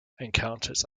encounters